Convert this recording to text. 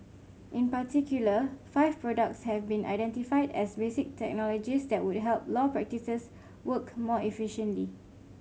in particular five products have been identified as basic technologies that would help law practices work more efficiently